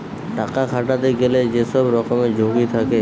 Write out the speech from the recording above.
টাকা খাটাতে গেলে যে সব রকমের ঝুঁকি থাকে